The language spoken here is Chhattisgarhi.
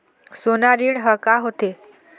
सोना ऋण हा का होते?